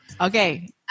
okay